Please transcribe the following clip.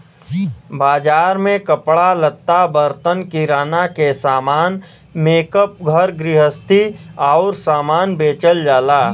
बाजार में कपड़ा लत्ता, बर्तन, किराना के सामान, मेकअप, घर गृहस्ती आउर सामान बेचल जाला